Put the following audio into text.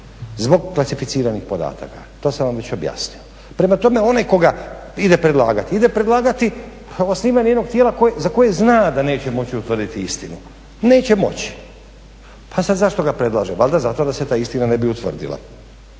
zbog klasificiranih podataka, to sam vam već objasnio, prema tome onaj tko ga ide predlagati, ide predlagati osnivanje jednog tijela za koje zna da neće moći utvrditi istinu, neće moći. Pa sad zašto ga predlaže, valjda zato da se ta istina ne bi utvrdila.